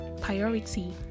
Priority